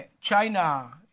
China